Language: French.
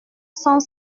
cent